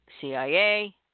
CIA